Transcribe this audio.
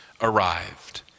arrived